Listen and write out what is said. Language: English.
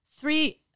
Three